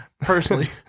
Personally